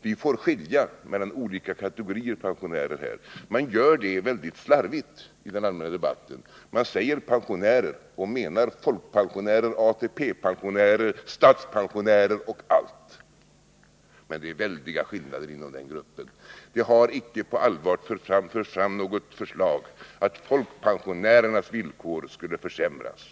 Vi får i detta sammanhang skilja mellan olika kategorier av pensionärer. På den punkten är man mycket slarvig i den allmänna debatten. När man där talar om pensionärer menar man alla pensionärsgrupper: folkpensionärer, ATP-pensionärer, statspensionärer osv. Men det är väldiga skillnader mellan dessa grupper. Det har inte på allvar förts fram något förslag om att folkpensionärernas villkor skulle försämras,